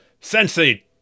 sensei